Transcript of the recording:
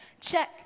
Check